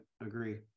agree